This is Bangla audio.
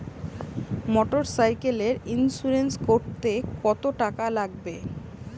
মোটরসাইকেলের ইন্সুরেন্স করতে কত টাকা লাগে?